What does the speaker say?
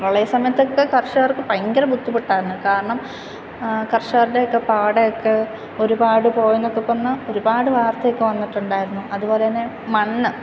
പ്രളയ സമയത്തൊക്കെ കർഷകർക്ക് ഭയങ്കര ബുദ്ധിമുട്ടായിരുന്നു കാരണം കർഷകരുടെയൊക്കെ പാടമൊക്കെ ഒരുപാട് പോയെന്നൊക്കെ പറഞ്ഞ് ഒരുപാട് വാർത്തയൊക്കെ വന്നിട്ടുണ്ടായിരുന്നു അതുപോലെ തന്നെ മണ്ണ്